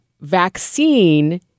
vaccine